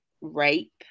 rape